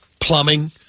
plumbing